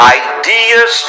ideas